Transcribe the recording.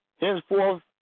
henceforth